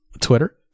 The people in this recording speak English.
Twitter